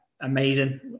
amazing